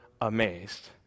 amazed